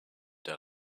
der